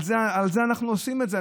על זה אנחנו עושים את זה,